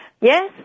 Yes